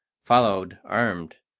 followed, armed,